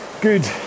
good